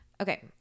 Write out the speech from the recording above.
Okay